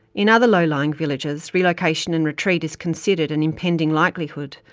in other low-lying villages, relocation and retreat is considered an impending likelihood,